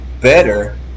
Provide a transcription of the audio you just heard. better